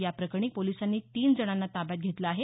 या प्रकरणी पोलिसांनी तीन जणांना ताब्यात घेतलं आहे